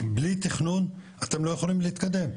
כי בלי תיכנון אתם לא יכולים להתקדם,